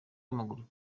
w’amaguru